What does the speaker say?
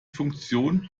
funktion